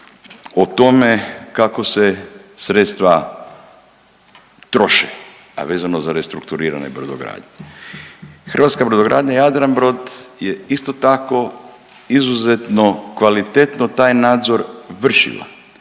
o tome kako se sredstva troše, a vezano za restrukturiranje brodogradnje. Hrvatska brodogradnja Jadranbrod je isto tako izuzetno kvalitetno taj nadzor vršila